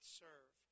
serve